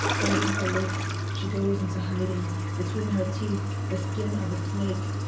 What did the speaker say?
biting her lips, she goes into hiding between her teeth, the skin of a snake,